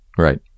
Right